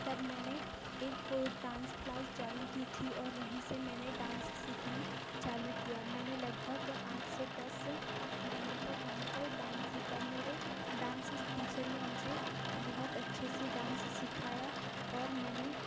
तब मैंने एक वो डांस क्लास ज्वाइन की थी और वहीं से मैंने डांस सीखना चालू किया मैंने लगभग आठ से दस महीने तक वहाँ पर डांस सीखा मेरे डांसेज़ टीचर ने मुझे बहुत अच्छे से डांस सिखाया और मैंने